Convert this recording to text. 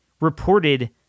Reported